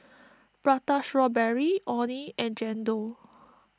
Prata Strawberry Orh Nee and Chendol